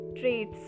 traits